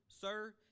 sir